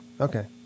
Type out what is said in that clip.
Okay